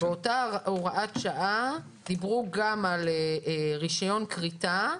באותה הוראת שעה דיברו גם על רישיון כריתה,